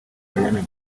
ariana